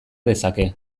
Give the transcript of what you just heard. dezake